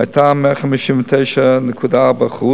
היתה 159.4%,